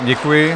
Děkuji.